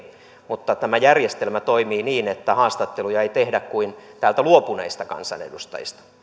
että tämä järjestelmä toimii niin että haastatteluja ei tehdä kuin täältä luopuneista kansanedustajista kun